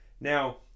Now